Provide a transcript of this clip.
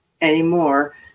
anymore